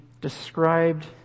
described